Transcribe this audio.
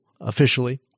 officially